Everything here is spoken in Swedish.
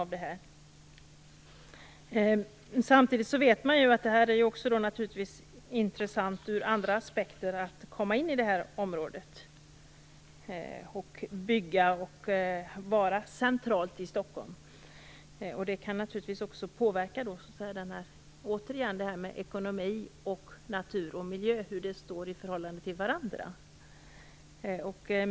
Samtidigt vet vi att det ur andra aspekter är intressant att komma in och bygga i det här området och att befinna sig i centrala Stockholm. Det kan naturligtvis också återigen påverka det här med ekonomi, natur och miljö och hur de förhåller sig till varandra.